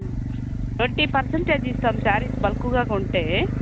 twenty percentage ఇస్తాము saris బల్క్గా కొంటే